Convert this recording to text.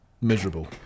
miserable